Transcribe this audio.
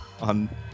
on